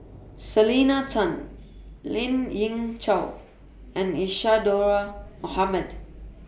Selena Tan Lien Ying Chow and Isadhora Mohamed